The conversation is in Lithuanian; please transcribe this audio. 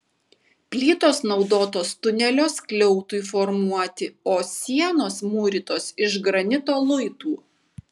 plytos naudotos tunelio skliautui formuoti o sienos mūrytos iš granito luitų